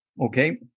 Okay